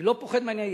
אני לא פוחד מהעניין.